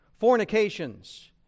Fornications